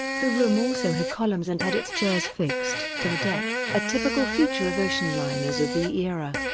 the room also had columns and had its chairs fixed to the deck, a typical feature of ocean liners of the era.